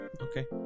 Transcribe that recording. Okay